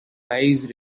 rise